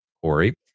Corey